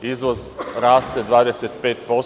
Izvoz raste 25%